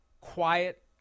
quiet